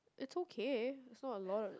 it's okay is not a lot